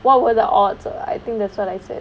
what were the odds err I think that's what I said